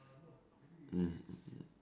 mm